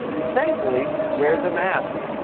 who, thankfully, wears a mask.